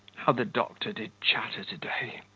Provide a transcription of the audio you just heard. how the doctor did chatter to-day.